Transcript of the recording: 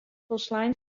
folslein